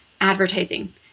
advertising